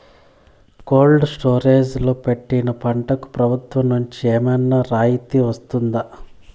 Cold storage లో పెట్టిన పంటకు ప్రభుత్వం నుంచి ఏమన్నా రాయితీ వస్తుందా?